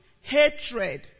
hatred